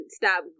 stop